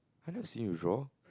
I have never seen you draw